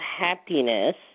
happiness